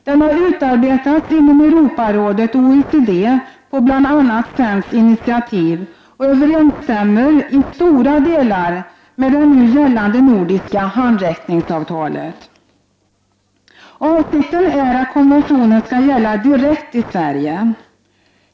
Den har utarbetats inom Europarådet och OECD på bl.a. svenskt initiativ och överensstämmer i stora delar med det nu gällande nordiska handräckningsavtalet. Avsikten är att konventionen skall gälla direkt i Sverige.